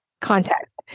context